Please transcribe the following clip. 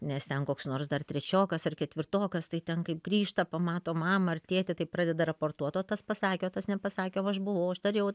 nes ten koks nors dar trečiokas ar ketvirtokas tai ten kaip grįžta pamato mamą ar tėtį tai pradeda raportuot o tas pasakė o tas nepasakė o aš buvau aš dariau